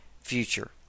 future